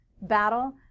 battle